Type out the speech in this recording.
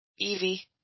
Evie